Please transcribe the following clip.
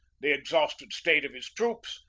the exhausted state of his troops,